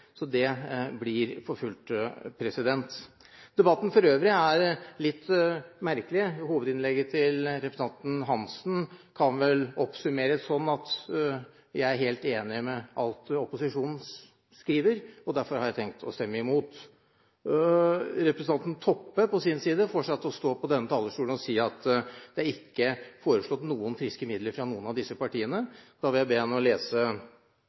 Så det blir fulgt opp. Debatten for øvrig er litt merkelig. Hovedinnlegget til representanten Geir-Ketil Hansen kan vel oppsummeres slik: Jeg er helt enig i alt opposisjonen skriver, derfor har jeg tenkt å stemme imot. Representanten Toppe, på sin side, fortsetter å si fra denne talerstolen at det ikke er foreslått noen friske midler fra noen av disse partiene. Da vil jeg be henne lese